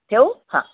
ठेवू हां